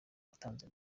watanze